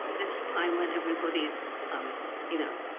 this time when everybody's, um you know,